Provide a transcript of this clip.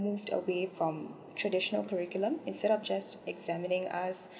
moved away from traditional curriculum and set up just examining us